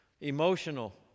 emotional